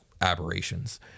aberrations